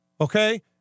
okay